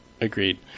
Agreed